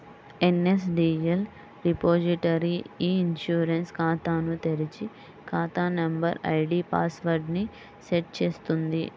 NSDL repository e insurance ఖాతాను తెరిచి, ఖాతా నంబర్, ఐడీ పాస్ వర్డ్ ని సెట్ చేస్తుంది